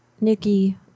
nikki